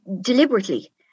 deliberately